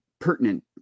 pertinent